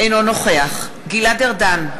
אינו נוכח גלעד ארדן,